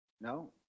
no